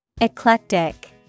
eclectic